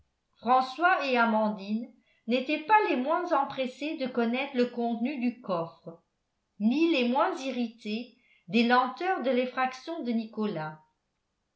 françois et amandine n'étaient pas les moins empressés de connaître le contenu du coffre ni les moins irrités des lenteurs de l'effraction de nicolas